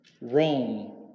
Rome